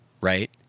right